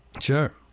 Sure